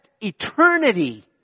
eternity